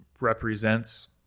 represents